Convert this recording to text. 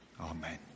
Amen